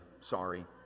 Sorry